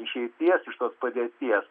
išeities iš tos padėties